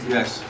Yes